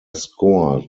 score